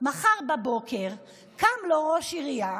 מחר בבוקר קם לו ראש עירייה,